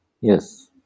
Yes